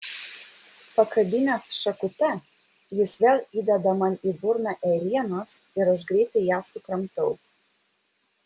pakabinęs šakute jis vėl įdeda man į burną ėrienos ir aš greitai ją sukramtau